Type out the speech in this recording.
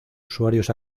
usuarios